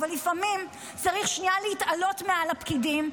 אבל לפעמים צריך שנייה להתעלות מעל הפקידים,